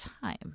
time